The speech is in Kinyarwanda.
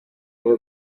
umwe